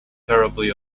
terribly